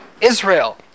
Israel